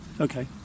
Okay